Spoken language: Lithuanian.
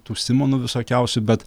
tų simonų visokiausių bet